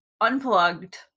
unplugged